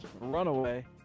runaway